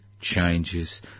changes